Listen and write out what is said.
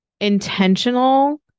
intentional